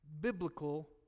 biblical